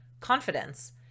confidence